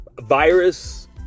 Virus